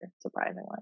surprisingly